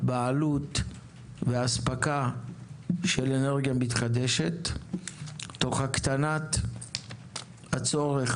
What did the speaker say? בעלות ואספקה של אנרגיה מתחדשת; תוך הקטנת הצורך